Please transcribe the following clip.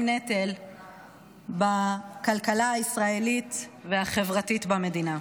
נטל בכלכלה הישראלית והחברתית במדינה.